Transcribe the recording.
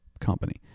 company